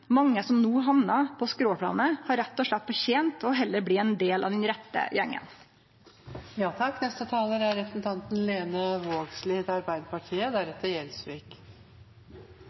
Mange som no hamnar på skråplanet, har rett og slett fortent å bli ein del av den rette gjengen. Eg er heilt einig med representanten